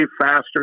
faster